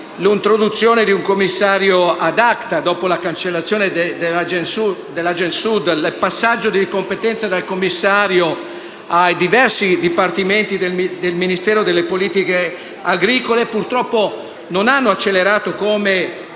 l’introduzione di un commissario ad acta, dopo la cancellazione dell’Agensud, il passaggio di competenze dal commissario ai diversi dipartimenti del Ministero delle politiche agricole purtroppo non hanno accelerato, come